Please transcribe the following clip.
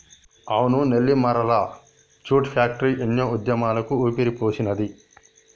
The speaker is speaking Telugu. అవును నెల్లిమరల్ల జూట్ ఫ్యాక్టరీ ఎన్నో ఉద్యమాలకు ఊపిరిపోసినాది